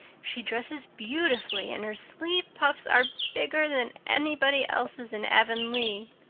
she dresses beautifully, and her sleeve puffs are bigger than anybody else's in avonlea.